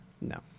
No